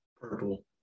purple